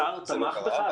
השר תמך בך?